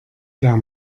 der